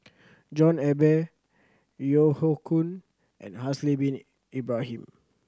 John Eber Yeo Hoe Koon and Haslir Bin Ibrahim